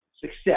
success